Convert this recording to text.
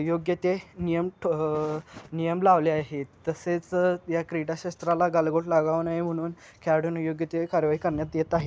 योग्य ते नियम ठ नियम लावले आहेत तसेच या क्रीडाक्षेत्राला गालबोट लागाव नाही म्हणून खेळाडूंन योग्य ते कारवाई करण्यात येत आहे